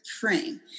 frame